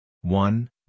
one